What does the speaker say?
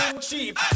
cheap